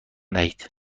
دهید